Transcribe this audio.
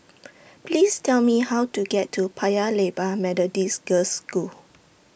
Please Tell Me How to get to Paya Lebar Methodist Girls' School